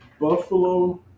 buffalo